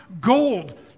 gold